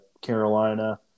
Carolina